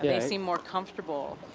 they seem more comfortable,